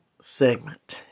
segment